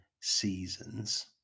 seasons